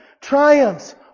triumphs